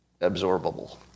absorbable